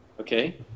Okay